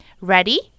Ready